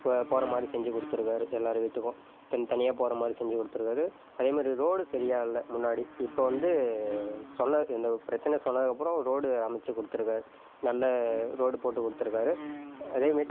போகிற மாதிரி செஞ்சு கொடுத்துருக்காரு எல்லோரு வீட்டுக்கும் தனி தனியாக போகிற மாதிரி செஞ்சு கொடுத்துருக்காரு அதே மாதிரி ரோடு சரியா இல்லை முன்னாடி இப்போ வந்து சொன்ன இந்த பிரச்சினைய சொன்னதுக்கு அப்புறம் ரோடு அமச்சு கொடுத்துருக்காரு நல்ல ரோடு போட்டு கொடுத்துருக்காரு அதே மாரி